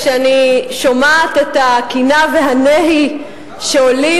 כשאני שומעת את הקינה והנהי שעולים